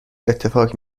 اتفاق